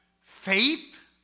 Faith